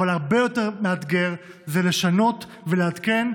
אבל הרבה יותר מאתגר זה לשנות ולעדכן.